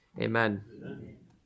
Amen